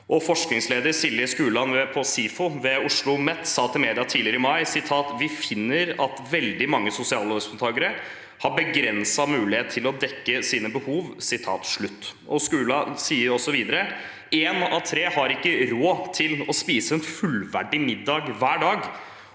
Forskningsleder Silje Skuland ved SIFO ved Oslomet sa til media tidligere i mai: «Vi finner at veldig mange sosialhjelpsmottakere har begrensete muligheter til å dekke sine behov.» Skuland sier videre: «En av tre har ikke hatt råd til å spise en fullverdig middag hver dag,